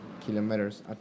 kilometers